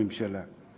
הממשלה.